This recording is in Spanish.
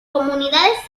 comunidades